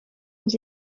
aux